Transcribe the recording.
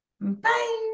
Bye